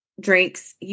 drinks